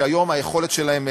שהיום היכולת שלהן,